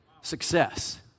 success